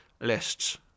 lists